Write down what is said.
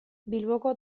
bilboko